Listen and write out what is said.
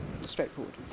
Straightforward